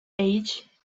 age